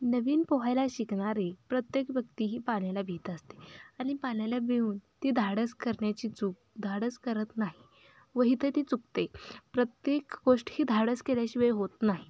नवीन पोहायला शिकणारी प्रत्येक व्यक्ती ही पाण्याला भीत असते आणि पाण्याला भिऊन ती धाडस करण्याची चूक धाडस करत नाही व इथे ती चुकते प्रत्येक गोष्ट ही धाडस केल्याशिवाय होत नाही